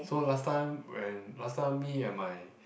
so last time when last time me and my